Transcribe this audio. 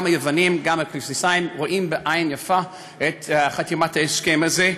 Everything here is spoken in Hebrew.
גם היוונים והקפריסאים רואים בעין יפה את חתימת ההסכם הזה,